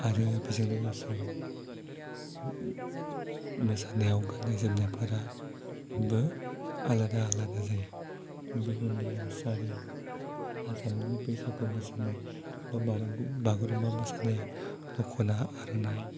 आरो बेजों लोगोसे मोसानायाव गाननाय जोमनायफोराबो आलादा आलादा जायो बिहुनिया सारि आसामनि बैसागु मोसानाय बा बागुरुम्बा मोसानाय दखना आर'नाइ